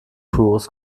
pures